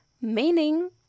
meaning